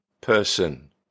person